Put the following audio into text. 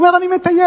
הוא אומר, אני מטייל.